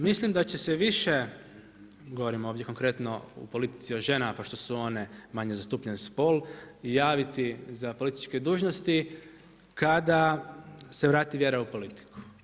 Mislim da će se više, govorim ovdje konkretno u politici o ženama pošto su one manje zastupljeni spol javiti za političke dužnosti kada se vrati vjera u politiku.